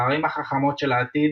הערים החכמות של העתיד